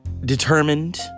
Determined